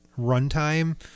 runtime